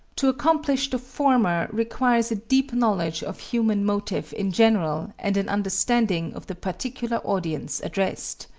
to accomplish the former requires a deep knowledge of human motive in general and an understanding of the particular audience addressed.